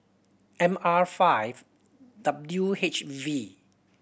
M R five W H V